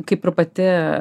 kaip ir pati